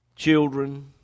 Children